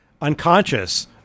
unconscious